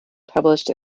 published